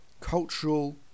cultural